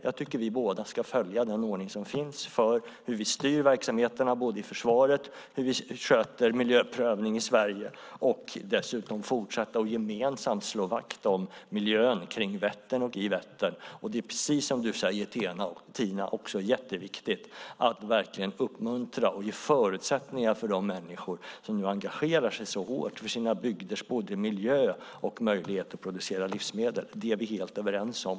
Jag tycker att vi båda ska följa den ordning som finns för hur vi styr verksamheterna i försvaret och hur vi sköter miljöprövning i Sverige och fortsätta att gemensamt slå vakt om miljön i och kring Vättern. Det är precis som du säger, Tina, också jätteviktigt att verkligen uppmuntra och ge förutsättningar för de människor som nu engagerar sig så hårt för sina bygders miljö och möjligheter att producera livsmedel. Det är vi helt överens om.